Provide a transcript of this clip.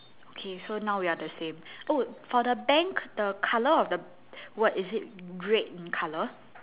okay so now we're the same oh for the bank the colour of the word is it red in colour